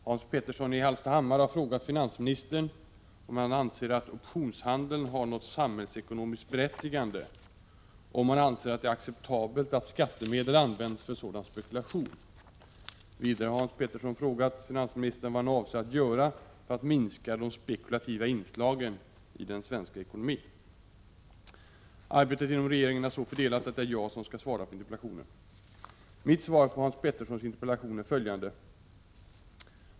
Herr talman! Hans Petersson i Hallstahammar har frågat finansministern om han anser att optionshandeln har något samhällsekonomiskt berättigande och om han anser att det är acceptabelt att skattemedel används för sådan spekulation. Vidare har Hans Petersson frågat finansministern vad han avser att göra för att minska de spekulativa inslagen i den svenska ekonomin. Arbetet inom regeringen är så fördelat att det är jag som skall svara på interpellationen. Mitt svar på Hans Peterssons interpellation är följande.